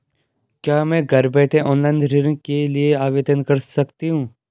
क्या मैं घर बैठे ऑनलाइन ऋण के लिए आवेदन कर सकती हूँ?